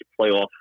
playoff